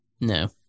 no